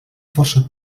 força